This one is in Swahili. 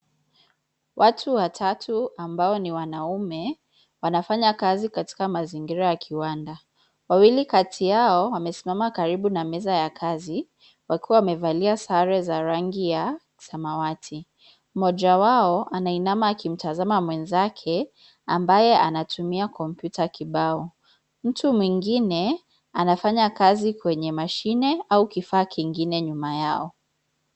Watu watatu ambao ni wanaume, wanafanya kazi katika mazingira ya kiwanda. Wawili kati yao, wamesimama karibu na meza ya kazi, wakiwa wamevalia sare za rangi ya samawati. Mmoja wao, anainama akimtazama mwenzake, ambaye anatumia kompyuta kibao. Mtu mwingine, anafanya kazi kwenye mashine, au kifaa kingine nyuma yao.